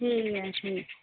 ठीक ऐ भी